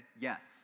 yes